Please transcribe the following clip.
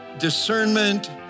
discernment